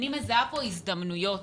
אני מזהה פה הזדמנויות.